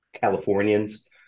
Californians